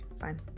fine